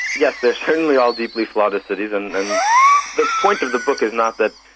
yes, they are certainly all deeply flawed as cities. and and the point of the book is not that,